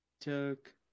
Took